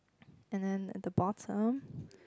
and then at the bottom